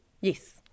Yes